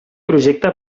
projecte